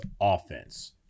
offense